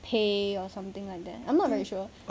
pay or something like that I'm not very sure